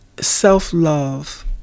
self-love